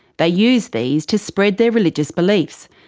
they use these to spread their religious beliefs,